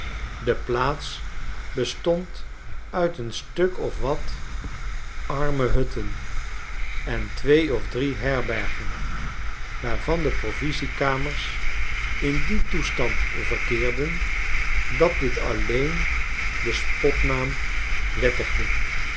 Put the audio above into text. de plaats bestond uit een stuk of wat arme hutten en twee of drie herbergen waarvan de provisiekamers in dien toestand verkeerden dat dit alleen den spotnaam wettigde